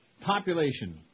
Population